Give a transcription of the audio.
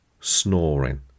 snoring